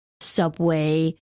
Subway